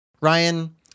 Ryan